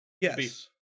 Yes